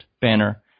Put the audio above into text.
banner